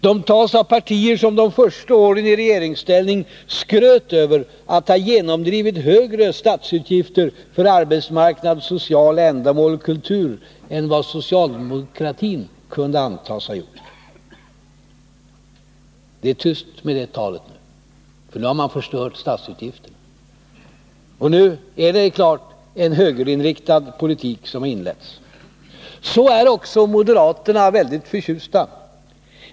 De tas av partier som de första åren i regeringsställning skröt över att ha genomdrivit högre statsutgifter för arbetsmarknad, sociala ändamål och kultur än vad socialdemokratin kunde antas ha gjort. Det är tyst med det talet, för nu har man förstört statsfinanserna. Det är naturligtvis en högerinriktad politik. Så är också moderaterna förtjusta.